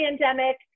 pandemic